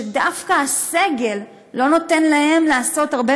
שדווקא הסגל לא נותן להם לעשות הרבה